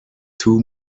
two